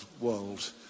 world